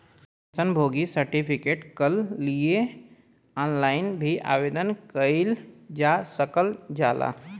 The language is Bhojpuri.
पेंशन भोगी सर्टिफिकेट कल लिए ऑनलाइन भी आवेदन कइल जा सकल जाला